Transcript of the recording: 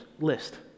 list